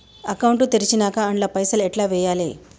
Account తెరిచినాక అండ్ల పైసల్ ఎట్ల వేయాలే?